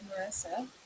Marissa